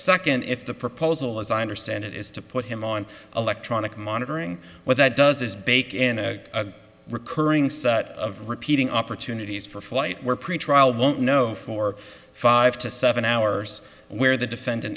second if the proposal as i understand it is to put him on electronic monitoring what that does is bake in a recurring set of repeating opportunities for flight where pretrial won't know for five to seven hours where the defendant